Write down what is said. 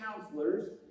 counselors